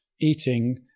eating